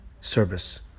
service